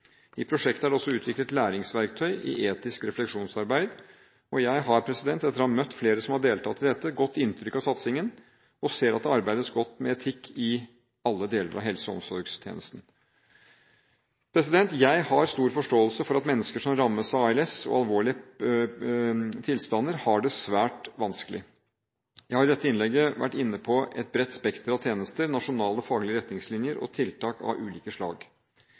I prosjektet er det også utviklet læringsverktøy i etisk refleksjonsarbeid. Jeg har etter å ha møtt flere som har deltatt i dette, et godt inntrykk av satsingen og ser at det arbeides godt med etikk i alle deler av helse- og omsorgstjenesten. Jeg har stor forståelse for at mennesker som rammes av ALS og alvorlige tilstander, har det svært vanskelig. Jeg har i dette innlegget vært inne på et bredt spekter av tjenester, nasjonale faglige retningslinjer og tiltak av ulike slag.